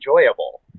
enjoyable